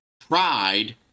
Pride